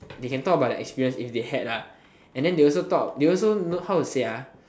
they can talk about the experience if they had and then they also talk then how to say